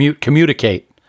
Communicate